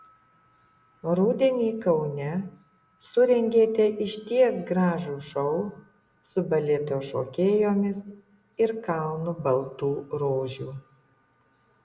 rudenį kaune surengėte išties gražų šou su baleto šokėjomis ir kalnu baltų rožių